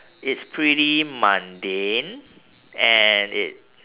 it's pretty mundane and it